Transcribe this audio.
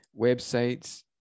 websites